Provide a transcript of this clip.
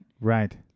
Right